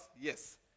Yes